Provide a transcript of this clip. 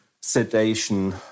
sedation